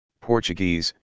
Portuguese